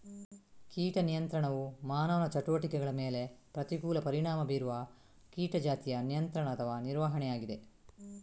ಕೀಟ ನಿಯಂತ್ರಣವು ಮಾನವ ಚಟುವಟಿಕೆಗಳ ಮೇಲೆ ಪ್ರತಿಕೂಲ ಪರಿಣಾಮ ಬೀರುವ ಕೀಟ ಜಾತಿಯ ನಿಯಂತ್ರಣ ಅಥವಾ ನಿರ್ವಹಣೆಯಾಗಿದೆ